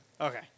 Okay